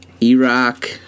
E-Rock